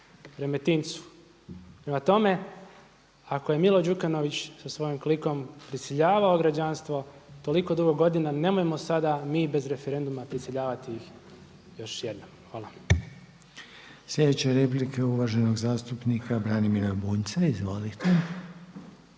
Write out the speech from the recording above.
Remetincu. Prema tome, ako je Milo Đukanović sa svojim klikom prisiljavao građanstvo toliko dugo godina nemojmo sada mi bez referenduma prisiljavati ih još jednom. Hvala. **Reiner, Željko (HDZ)** Sljedeća replika je uvaženog zastupnika Branimira Bunjca, izvolite.